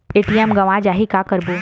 ATM गवां जाहि का करबो?